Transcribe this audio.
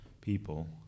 people